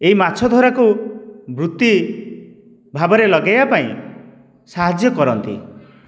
ଏହି ମାଛ ଧରାକୁ ବୃତ୍ତି ଭାବରେ ଲଗାଇବାପାଇଁ ସାହାଯ୍ୟ କରନ୍ତି